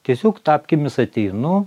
tiesiog tapkėmis sateinu